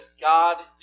God